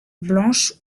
blanche